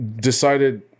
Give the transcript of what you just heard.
decided